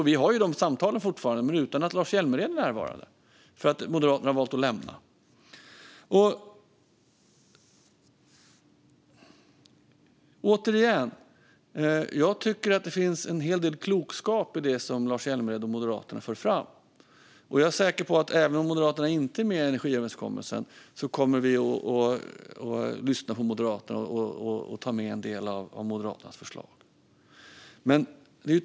Vi har ju de samtalen fortfarande men nu utan Lars Hjälmered, eftersom Moderaterna har valt att lämna överenskommelsen. Det finns en del klokskap i det Lars Hjälmered och Moderaterna för fram. Jag är säker på att även om Moderaterna inte är med i energiöverenskommelsen kommer vi att lyssna på Moderaterna och ta med en del av Moderaternas förslag.